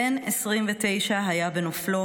בן 29 היה בנופלו.